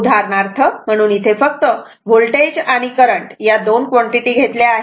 उदाहरणार्थ म्हणून इथे फक्त होल्टेज आणि करंट या दोन क्वांटिटी घेतल्या आहेत